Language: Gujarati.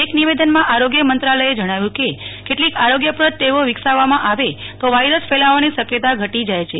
એક નિવેદનમાં આરોગ્ય મંત્રાલયે જણાવ્યું હત ક કેટલીક આરોગ્યપદ ટેવો વિકસાવવામાં આવે તો વાયરસ ફલાવવાની શકયતા ઘટી જાય છે